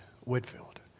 Whitfield